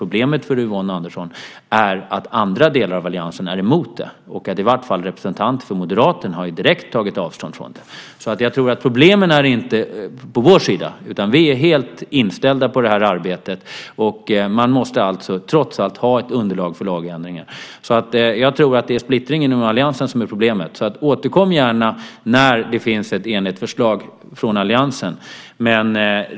Problemet för Yvonne Andersson är att andra delar av alliansen är emot detta. I vart fall representanter för Moderaterna har direkt tagit avstånd från det. Jag tror alltså inte att problemen ligger på vår sida. Vi är helt inställda på det här arbetet. Man måste trots allt ha ett underlag för lagändringar. Jag tror att det är splittringen inom alliansen som är problemet. Återkom gärna när det finns ett enigt förslag från alliansen.